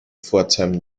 pforzheim